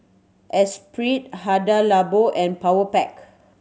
Esprit Hada Labo and Powerpac